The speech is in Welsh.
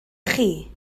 chi